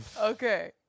Okay